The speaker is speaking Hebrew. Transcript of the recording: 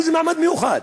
איזה מעמד מיוחד?